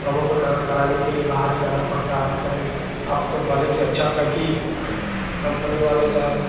हमलोग को कर कराने के लिए बाहर ही जाना पड़ता है चाहे अब तो पहले से अच्छा हो गया कि कम्पनी वाले चाहे